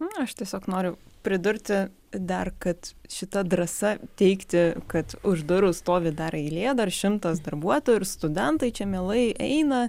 nu aš tiesiog noriu pridurti dar kad šita drąsa teigti kad už durų stovi dar eilė dar šimtas darbuotojų ir studentai čia mielai eina